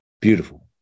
beautiful